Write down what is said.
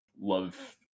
love